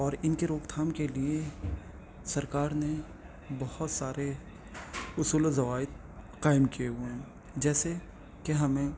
اور ان کے روک تھام کے لیے سرکار نے بہت سارے اصول و ضوابط قائم کیے ہوئے ہیں جیسے کہ ہمیں